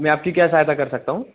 मैं आपकी क्या सहायता कर सकता हूँ